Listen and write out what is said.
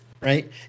right